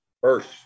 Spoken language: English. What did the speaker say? First